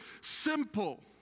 simple